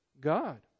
God